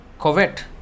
covet